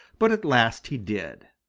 but at last he did.